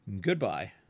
goodbye